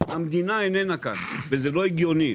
המדינה איננה כאן וזה לא הגיוני.